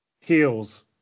Heels